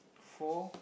four